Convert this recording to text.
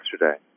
yesterday